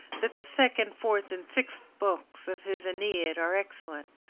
that the second, fourth, and sixth books of his aeneid are excellent,